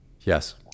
Yes